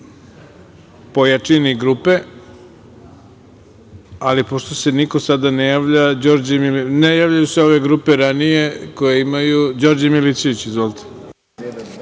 po jačini grupe, ali pošto se niko sada ne javlja, ne javljaju se ove grupe ranije koje imaju.